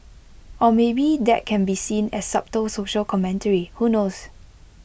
or maybe that can be seen as subtle social commentary who knows